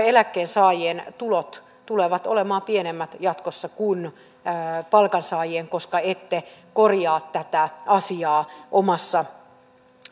eläkkeensaajien tulot tulevat olemaan jatkossa pienemmät kuin palkansaajien koska ette korjaa tätä asiaa omassa